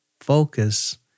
focus